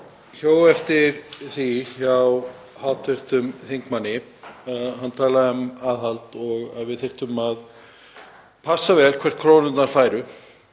hjó eftir því hjá hv. þingmanni að hann talaði um aðhald og að við þyrftum að passa vel hvert krónurnar færu.